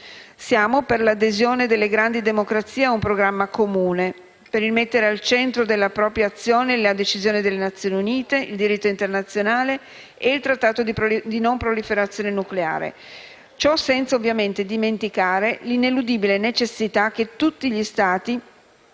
Siamo per l'adesione delle grandi democrazie a un programma comune per rimettere al centro della propria azione la decisione delle Nazioni Unite, il diritto internazionale e il Trattato di non proliferazione nucleare. Ciò senza ovviamente dimenticare l'ineludibile necessità che tutti gli Stati,